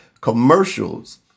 commercials